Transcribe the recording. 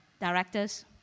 directors